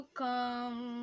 come